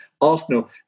Arsenal